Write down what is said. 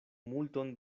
multon